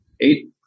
Eight